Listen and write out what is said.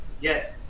Yes